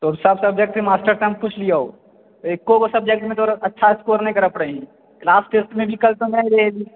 तोहर सब सब्जेक्ट के मास्टर सॅं हम पूछलियौ एको गो सब्जेक्ट मे तोरा अच्छा स्कोर नहि करैत अहि लास्ट टेस्ट मे विकल समय रहय